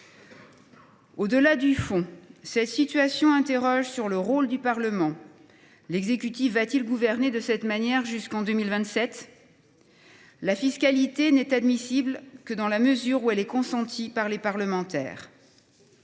Au delà du fond, cette situation interroge sur le rôle du Parlement. L’exécutif va t il gouverner de cette manière jusqu’en 2027 ? La fiscalité n’est admissible que dans la mesure où elle est consentie par les parlementaires.